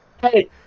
Hey